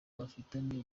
bafitanye